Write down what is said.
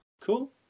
Cool